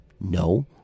No